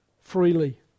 freely